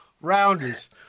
rounders